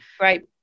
right